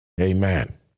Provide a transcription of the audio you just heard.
Amen